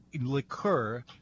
liqueur